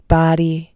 body